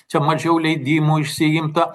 čia mažiau leidimų išsiimta